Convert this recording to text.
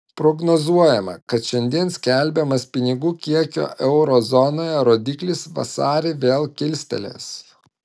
prognozuojama kad šiandien skelbiamas pinigų kiekio euro zonoje rodiklis vasarį vėl kilstelės